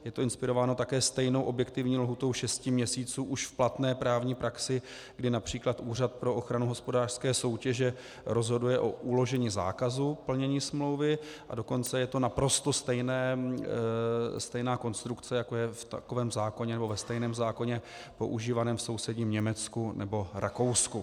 Je to inspirováno také stejnou objektivní lhůtou šesti měsíců už v platné právní praxi, kdy například Úřad pro ochranu hospodářské soutěže rozhoduje o uložení zákazu plnění smlouvy, a dokonce je to naprosto stejná konstrukce, jako je ve stejném zákoně používaném v sousedním Německu nebo Rakousku.